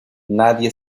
nadie